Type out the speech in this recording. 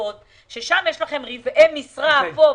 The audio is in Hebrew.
ששם יש רבעי משרה פה ושם,